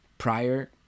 Prior